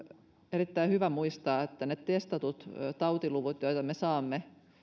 erittäin hyvä muistaa että ne testatut tautiluvut joita me saamme